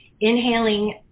inhaling